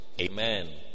Amen